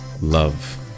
love